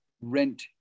rent